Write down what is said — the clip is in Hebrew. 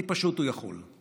פשוט כי הוא יכול.